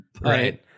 Right